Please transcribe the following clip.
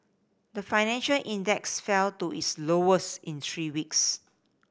the financial index fell to its lowest in three weeks